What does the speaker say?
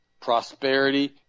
prosperity